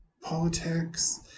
politics